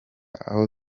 aho